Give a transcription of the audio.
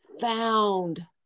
found